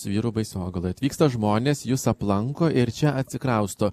su vyru baisogaloj atvyksta žmonės jus aplanko ir čia atsikrausto